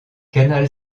canal